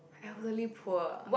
elderly poor ah